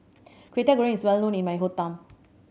Kway Teow Goreng is well known in my hometown